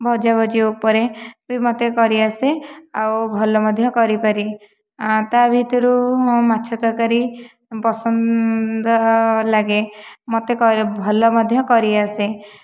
ଭଜାଭାଜି ଉପରେ ବି ମୋତେ କରିଆସେ ଆଉ ଭଲ ମଧ୍ୟ କରିପାରେ ତା'ଭିତରୁ ମାଛ ତରକାରୀ ପସନ୍ଦ ଲାଗେ ମୋତେ ଭଲ ମଧ୍ୟ କରିଆସେ